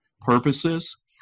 purposes